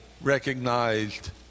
recognized